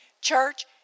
Church